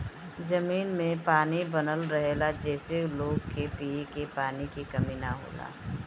जमीन में पानी बनल रहेला जेसे लोग के पिए के पानी के कमी ना होला